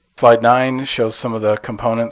slide nine shows some of the components